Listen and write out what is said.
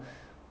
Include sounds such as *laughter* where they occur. *breath*